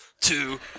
two